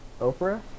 Oprah